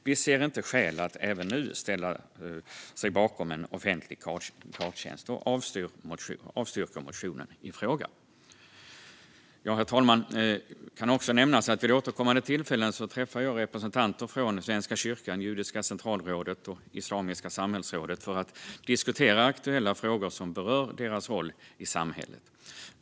Vi ser inte heller nu skäl att ställa oss bakom en offentlig gravtjänst och avstyrker motionen i fråga. Herr talman! Det kan också nämnas att jag vid återkommande tillfällen träffar representanter från Svenska kyrkan, Judiska centralrådet och Islamiska samhällsrådet för att diskutera aktuella frågor som berör deras roll i samhället.